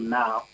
now